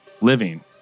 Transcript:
living